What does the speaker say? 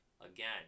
Again